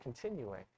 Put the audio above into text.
continuing